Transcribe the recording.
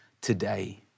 today